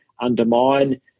undermine